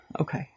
Okay